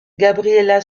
gabriela